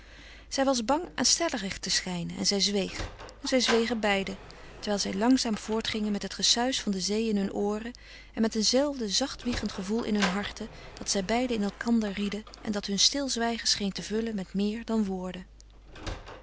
zij was bang aanstellerig te schijnen en zij zweeg en zij zwegen beiden terwijl zij langzaam voortgingen met het gesuis van de zee in hun ooren en met een zelfde zacht wiegend gevoel in hun harten dat zij beiden in elkander rieden en dat hun stilzwijgen scheen te vullen met meer dan woorden